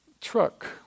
truck